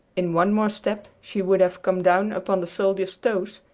in one more step she would have come down upon the soldier's toes,